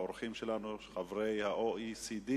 האורחים שלנו חברי ה-OECD,